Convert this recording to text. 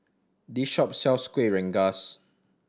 this shop sells Kuih Rengas